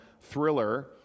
Thriller